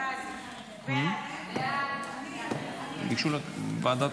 ההצעה להעביר